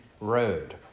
road